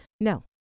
no